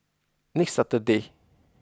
next Saturday